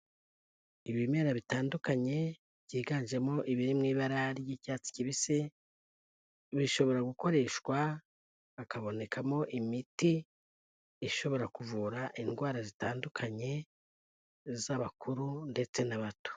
Ibimera bitandukanye byiganjemo ibiri mu ibara ry'icyatsi kibisi, bishobora gukoreshwa hakabonekamo imiti ishobora kuvura indwara zitandukanye z'abakuru ndetse n'abato.